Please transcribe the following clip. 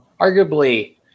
arguably